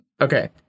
Okay